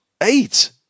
Eight